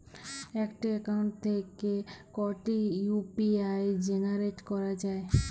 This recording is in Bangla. একটি অ্যাকাউন্ট থেকে কটি ইউ.পি.আই জেনারেট করা যায়?